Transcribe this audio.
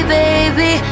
baby